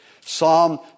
Psalm